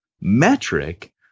metric